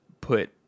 put